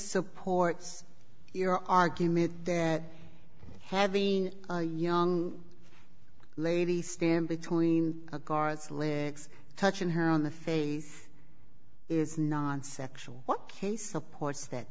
supports your argument that having a young lady stand between a guard's legs touching her on the face is non sexual what hey supports that